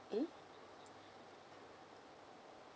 mm